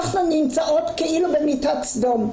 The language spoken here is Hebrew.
אנחנו נמצאות כאילו במיטת סדום.